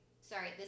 sorry